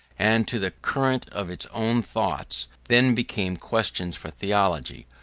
and to the current of its own thoughts, then became questions for theology,